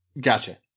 Gotcha